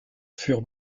furent